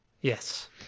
Yes